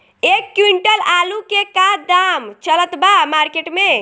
एक क्विंटल आलू के का दाम चलत बा मार्केट मे?